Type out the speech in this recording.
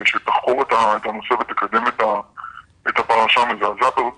שתחקור את הנושא ותקדם את הפרשה המזעזעת הזאת,